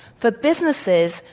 for businesses,